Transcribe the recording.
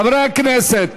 חברי הכנסת,